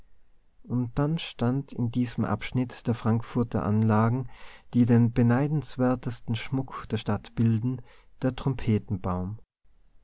und dann stand in diesem abschnitt der frankfurter anlagen die den beneidenswertesten schmuck der stadt bilden der